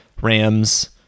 Rams